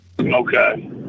Okay